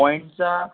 पॉईंटचा